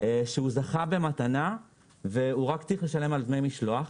שהוא זכה במתנה והוא צריך לשלם רק על דמי המשלוח,